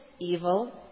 evil